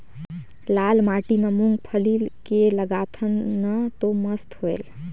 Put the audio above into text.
लाल माटी म मुंगफली के लगाथन न तो मस्त होयल?